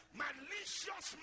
malicious